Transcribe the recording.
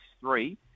three